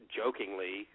jokingly